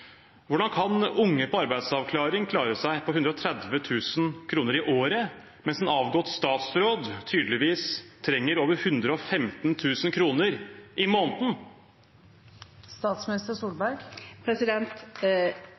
Hvordan kan unge på arbeidsavklaring klare seg på 130 000 kr i året, mens en avgått statsråd tydeligvis trenger over 115 000 kr i måneden?